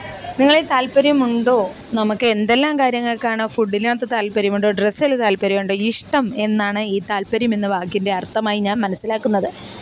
നിങ്ങളില് താല്പ്പര്യമുണ്ടോ നമുക്ക് എന്തെല്ലാം കാര്യങ്ങള്ക്കാണ് ഫുഡിനകത്ത് താല്പ്പര്യമുണ്ട് ഡ്രസ്സിൽ താല്പ്പര്യം ഉണ്ട് ഇഷ്ടം എന്നാണ് ഈ താല്പ്പര്യമെന്ന വാക്കിന്റെ അര്ത്ഥമായി ഞാന് മനസ്സിലാക്കുന്നത്